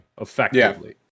effectively